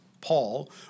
Paul